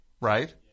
right